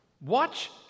Watch